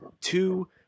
two